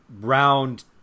round